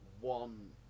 one